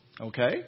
Okay